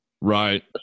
right